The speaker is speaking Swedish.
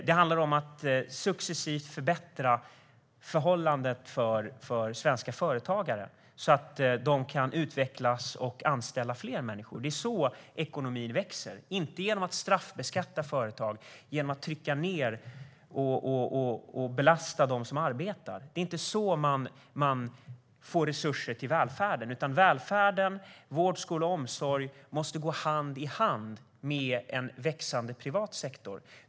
Det handlar om att successivt förbättra förhållandena för svenska företagare så att de kan utvecklas och anställa fler människor. Det är på det sättet ekonomin växer, inte genom att man straffbeskattar företag och trycker ned och belastar dem som arbetar. Det är inte så man får resurser till välfärden. Välfärden - vård, skola och omsorg - måste gå hand i hand med en växande privat sektor.